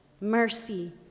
mercy